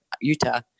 Utah